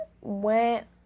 went